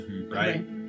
right